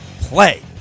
play